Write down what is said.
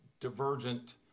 divergent